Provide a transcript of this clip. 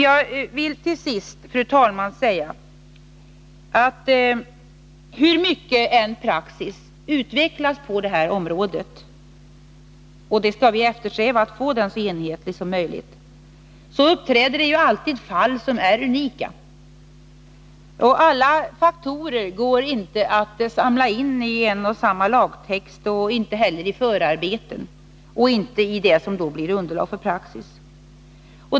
Jag vill till sist, fru talman, säga att hur mycket praxis än utvecklas på det här området — och vi skall eftersträva att få den så enhetlig som möjligt — uppträder det alltid fall som är unika. Alla faktorer går inte att samla in i en och samma lagtext och inte heller i förarbeten och det som blir underlag för praxis.